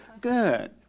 Good